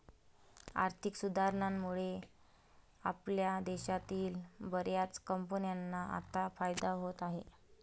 आर्थिक सुधारणांमुळे आपल्या देशातील बर्याच कंपन्यांना आता फायदा होत आहे